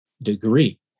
degree